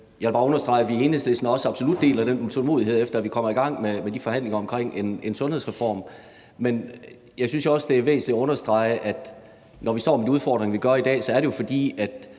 Jeg vil bare understrege, at vi i Enhedslisten også absolut deler den utålmodighed efter at komme i gang med de forhandlinger om en sundhedsreform. Men jeg synes jo også, det er væsentligt at understrege, at når vi står med de udfordringer, vi gør i dag, er det jo, fordi